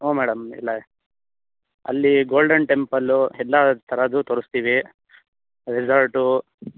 ಹ್ಞೂ ಮೇಡಮ್ ಇಲ್ಲ ಅಲ್ಲಿ ಗೋಲ್ಡನ್ ಟೆಂಪಲು ಎಲ್ಲ ತರದ್ದು ತೋರಸ್ತೀವಿ ರೆಸಾರ್ಟೂ